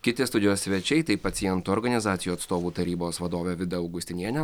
kiti studijos svečiai tai pacientų organizacijų atstovų tarybos vadovė vida augustinienė